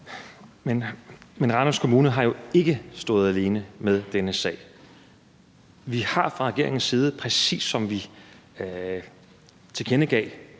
Randers Kommune har jo ikke stået alene med denne sag. Vi har fra regeringens side bakket op, præcis som vi tilkendegav